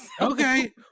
Okay